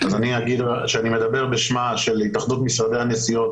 אני מדבר בשמה של התאחדות משרדי הנסיעות